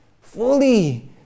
fully